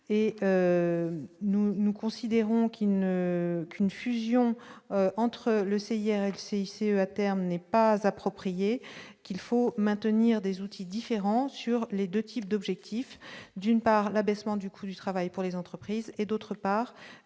nous considérons qu'il ne qu'une fusion entre le hier, elle s'est hissée à terme n'est pas approprié. Qu'il faut maintenir des outils différents sur les 2 types d'objectifs : d'une part, l'abaissement du coût du travail pour les entreprises et, d'autre part